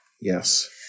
Yes